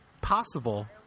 possible